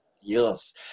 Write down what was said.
yes